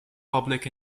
public